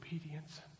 obedience